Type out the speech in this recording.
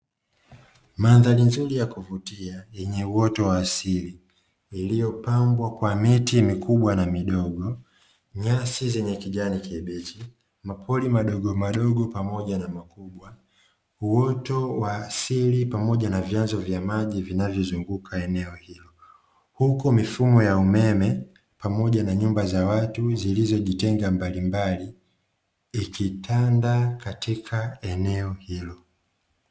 Mandhari nzuri ya kuvutia yenye uoto wa asili iliyopambwa kwa miti mikubwa na midogo, nyasi zenye kijani kibichi, mapori madogo madogo pamoja na makubwa, uoto wa asili pamoja na vyanzo vya maji vinavyo zunguka eneo hilo. Huku mifumo ya umeme pamoja na nyumba za watu zilizo jitenga mbalimbali ikitanda katika eneo hilo.